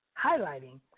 highlighting